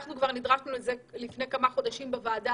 אנחנו נדרשנו לזה כבר לפני כמה חודשים בוועדה